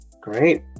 Great